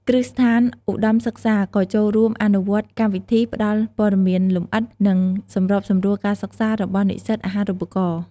គ្រឹះស្ថានឧត្តមសិក្សាក៏ចូលរួមអនុវត្តកម្មវិធី ផ្ដល់ ព័ត៌មានលម្អិត និង សម្របសម្រួលការសិក្សា របស់និស្សិតអាហារូបករណ៍។